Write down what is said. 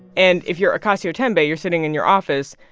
and if you're acacio tembe, you're sitting in your office,